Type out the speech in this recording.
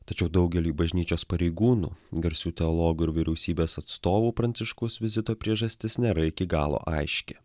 tačiau daugeliui bažnyčios pareigūnų garsių teologų ir vyriausybės atstovų pranciškaus vizito priežastis nėra iki galo aiški